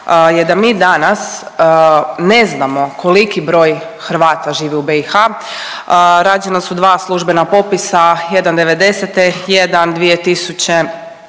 je da mi danas ne znamo koliki broj Hrvata živi u BiH, rađena su dva službena popisa, jedan '90.-te